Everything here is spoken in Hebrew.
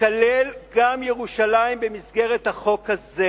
תיכלל גם ירושלים במסגרת החוק הזה,